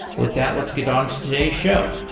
with that, let's get on to today's show.